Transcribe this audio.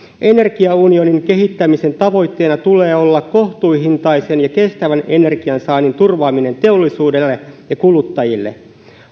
energiaunionin kehittämisen tavoitteena tulee olla kohtuuhintaisen ja kestävän energian saannin turvaaminen teollisuudelle ja kuluttajille